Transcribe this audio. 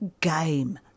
game